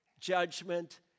judgment